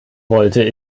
wollte